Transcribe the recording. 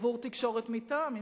עבור תקשורת מטעם.